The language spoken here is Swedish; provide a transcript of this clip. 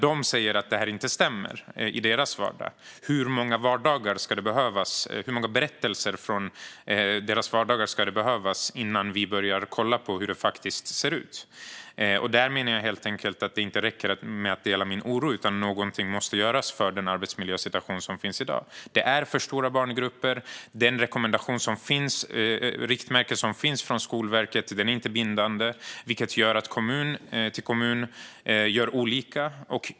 De säger att det inte stämmer i deras vardag. Hur många berättelser från deras vardag ska det behövas innan vi börjar titta på hur det faktiskt ser ut? Där menar jag helt enkelt att det inte räcker med att dela min oro. Någonting måste göras åt den arbetsmiljösituation som finns i dag. Det är för stora barngrupper. Det riktmärke som finns från Skolverket är inte bindande. Det gör att man gör olika från kommun till kommun.